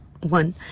One